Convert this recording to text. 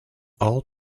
all